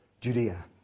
Judea